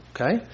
okay